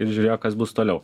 ir žiūrėjo kas bus toliau